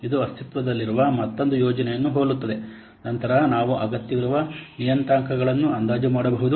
ಇದು ಅಸ್ತಿತ್ವದಲ್ಲಿರುವ ಮತ್ತೊಂದು ಯೋಜನೆಯನ್ನು ಹೋಲುತ್ತದೆ ನಂತರ ನಾವು ಅಗತ್ಯವಿರುವ ನಿಯತಾಂಕಗಳನ್ನು ಅಂದಾಜು ಮಾಡಬಹುದು